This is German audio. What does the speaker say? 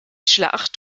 schlacht